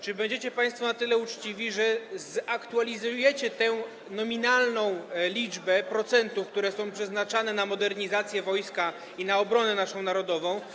Czy będziecie państwo na tyle uczciwi, że zaktualizujecie tę nominalną liczbę procentów, które są przeznaczane na modernizację wojska i na naszą obronę narodową?